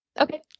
Okay